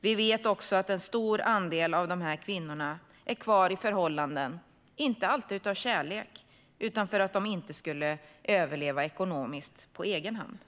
Vi vet också att en stor andel av dessa kvinnor är kvar i förhållanden inte alltid av kärlek utan för att de inte skulle överleva ekonomiskt på egen hand.